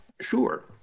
Sure